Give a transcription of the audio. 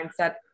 mindset